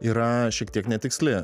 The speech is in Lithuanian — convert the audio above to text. yra šiek tiek netiksli